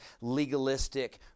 legalistic